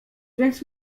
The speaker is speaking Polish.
więc